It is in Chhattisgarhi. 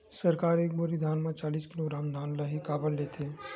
सरकार एक बोरी धान म चालीस किलोग्राम धान ल ही काबर लेथे?